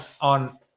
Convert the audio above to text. on